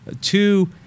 two